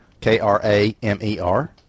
K-R-A-M-E-R